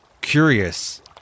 curious